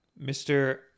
Mr